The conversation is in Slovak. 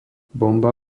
bomba